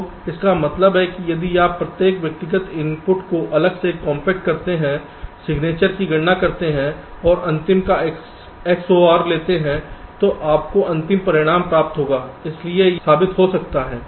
तो इसका मतलब है कि यदि आप प्रत्येक व्यक्तिगत इनपुट को अलग से कॉम्पैक्ट करते हैं सिग्नेचर की गणना करते हैं और अंतिम का XOR लेते हैं तो आपको अंतिम परिणाम प्राप्त होगा इसलिए यह साबित हो सकता है